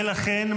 לכן,